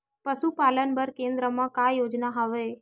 पशुपालन बर केन्द्र म का योजना हवे?